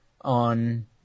on